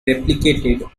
replicated